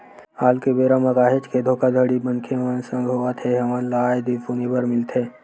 आल के बेरा म काहेच के धोखाघड़ी मनखे मन संग होवत हे हमन ल आय दिन सुने बर मिलथे